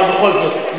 אבל בכל זאת.